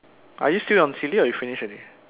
are you still on silly or you finished already